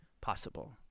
possible